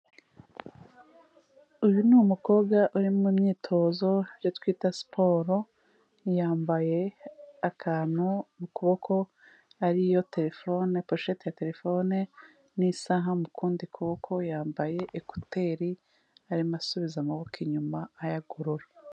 Uyu ni umukobwa uri mu myitozo ibyo twita siporo, yambaye akantu mu kuboko ariyo telefone, poshete ya telefone n'isaha mu kundi kuboko, yambaye ekuteri, arimo asubiza amaboko inyuma ayagorora.